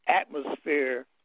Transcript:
atmosphere